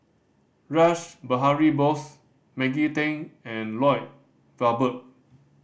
Rash Behari Bose Maggie Teng and Lloyd Valberg